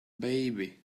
baby